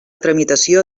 tramitació